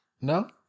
No